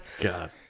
God